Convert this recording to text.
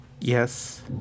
Yes